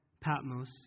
Patmos